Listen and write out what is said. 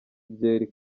byeri